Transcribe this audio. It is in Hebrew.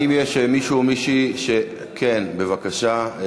האם יש מישהו או מישהי, כן, בבקשה.